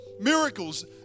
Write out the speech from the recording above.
Miracles